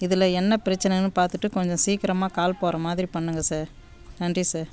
இதில் என்ன பிரச்சனன்னு பார்த்துட்டு கொஞ்சம் சீக்கிரமாக கால் போகற மாதிரி பண்ணுங்கள் சார் நன்றி சார்